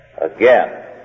again